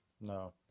No